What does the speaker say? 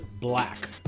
black